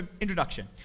introduction